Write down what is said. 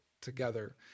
together